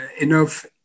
enough